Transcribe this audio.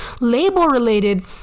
label-related